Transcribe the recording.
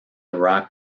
iraq